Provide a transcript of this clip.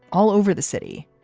all over the city,